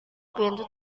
pintu